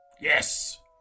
Yes